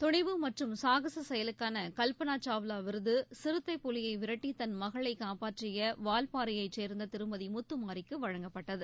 துணிவு மற்றும் சாகச செயலுக்கான கல்பனா சாவ்வா விருது சிறுத்தைப்புலியை விரட்டி தன் மகளை காப்பாற்றிய வால்பாறையைச் சேர்ந்த திருமதி முத்துமாரிக்கு வழங்கப்பட்டது